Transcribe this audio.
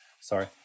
sorry